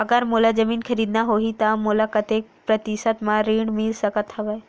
अगर मोला जमीन खरीदना होही त मोला कतेक प्रतिशत म ऋण मिल सकत हवय?